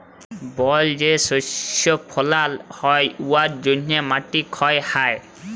বল যে শস্য ফলাল হ্যয় উয়ার জ্যনহে মাটি ক্ষয় হ্যয়